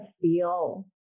feel